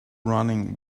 running